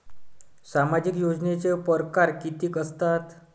सामाजिक योजनेचे परकार कितीक असतात?